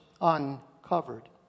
uncovered